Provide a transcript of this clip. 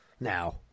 now